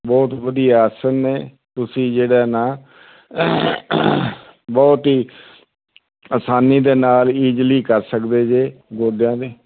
ਬਹੁਤ ਵਧੀਆ ਆਸਣ ਨੇ ਤੁਸੀਂ ਜਿਹੜਾ ਨਾ ਬਹੁਤ ਹੀ ਆਸਾਨੀ ਦੇ ਨਾਲ ਈਜਲੀ ਕਰ ਸਕਦੇ ਜੇ ਗੋਡਿਆ ਦੇ